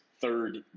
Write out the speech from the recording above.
third